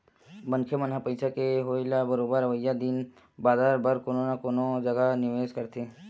मनखे मन ह पइसा के होय ले बरोबर अवइया दिन बादर बर कोनो न कोनो जघा निवेस करथे